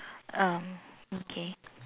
um okay